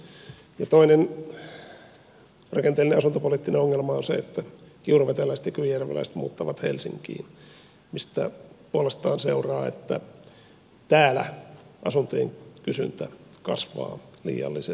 toinen rakenteellinen asuntopoliittinen ongelma on se että kiuruveteläiset ja kyyjärveläiset muuttavat helsinkiin mistä puolestaan seuraa että täällä asuntojen kysyntä kasvaa liiallisesti